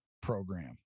program